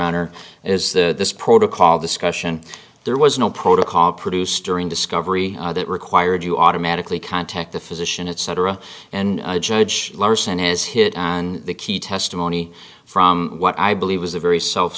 honor is the protocol discussion there was no protocol produced during discovery that required you automatically contact the physician it cetera and judge larson has hit on the key testimony from what i believe was a very self